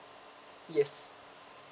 yes